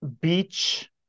Beach